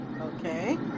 okay